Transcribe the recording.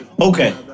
Okay